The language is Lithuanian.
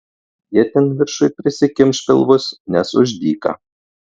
jie ten viršuj prisikimš pilvus nes už dyka